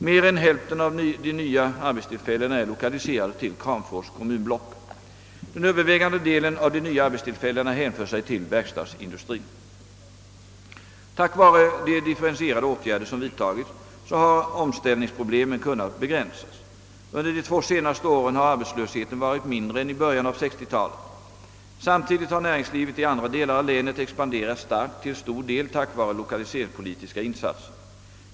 Mer än hälften av de nya arbetstillfällena är lokaliserade till Kramfors kommunblock, Den övervägande delen av de nya arbetstillfällena hänför sig till verkstadsindustrien. Tack vare de differentierade åtgärder, som vidtagits, har omställningsproblemen kunnat begränsas. Under de två senaste åren har arbetslösheten varit mindre än i början av 1960-talet. Samtidigt har näringslivet i andra delar av länet expanderat starkt till stor del tack vare lokaliseringspolitiska insatser.